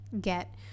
get